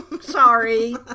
Sorry